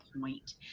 point